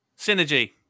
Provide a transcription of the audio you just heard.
Synergy